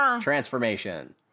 Transformation